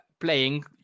playing